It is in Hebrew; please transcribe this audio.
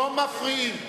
לא מפריעים.